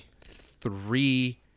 three